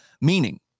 meaning